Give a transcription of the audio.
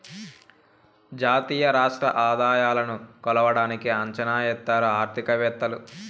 జాతీయ రాష్ట్ర ఆదాయాలను కొలవడానికి అంచనా ఎత్తారు ఆర్థికవేత్తలు